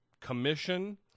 commission—